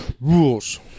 Rules